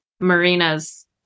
marina's